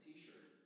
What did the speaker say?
T-shirt